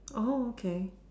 oh okay